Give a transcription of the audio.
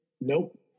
Nope